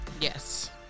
Yes